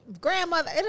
grandmother